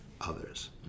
others